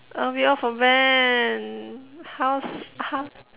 oh read out from when half half